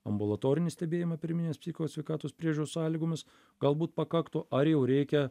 ambulatorinį stebėjimą pirminės psichikos sveikatos priežiūros sąlygomis galbūt pakaktų ar jau rėkia